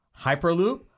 hyperloop